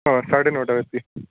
ହଁ ସାଢେ ନଅଟା ରାତି